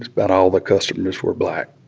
about all the customers were black.